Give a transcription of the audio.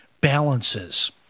balances